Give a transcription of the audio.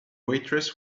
waitress